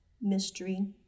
mystery